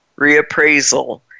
reappraisal